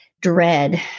dread